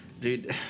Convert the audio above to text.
dude